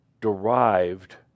derived